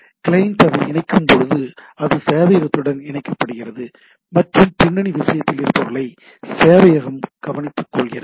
client அதை இணைக்கும்போது அது சேவையகத்துடன் இணைக்கப்படுகிறது மற்றும் பின்னணி விஷயத்தில் இருப்பவர்களை சேவையகம் கவனித்துக்கொள்கிறது